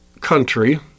country